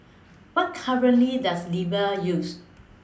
What currency Does Libya use